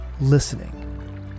listening